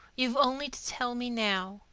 you've only to tell me now.